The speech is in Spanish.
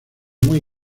muy